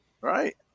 right